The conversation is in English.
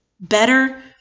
better